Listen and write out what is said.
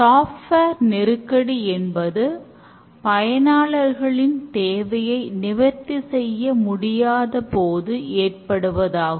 software நெருக்கடி என்பது பயனாளர்களின் தேவையை நிவர்த்தி செய்ய முடியாத போது ஏற்படுவதாகும்